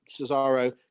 Cesaro